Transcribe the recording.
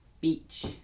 Beach